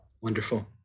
Wonderful